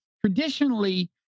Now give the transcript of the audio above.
Traditionally